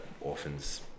orphans